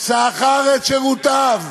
שכר את שירותיו.